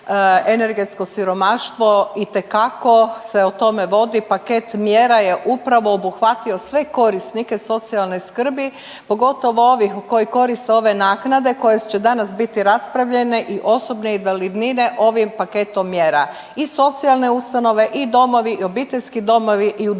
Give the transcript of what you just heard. Energetsko siromaštvo itekako se o tome vodi, paket mjera je upravo obuhvatio sve korisnike socijalne skrbi, pogotovo ovih koji koriste ove naknade koje će danas biti raspravljene i osobne invalidnine ovim paketom mjera i socijalne ustanove i domovi i obiteljski domovi i